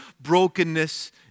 brokenness